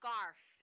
Scarf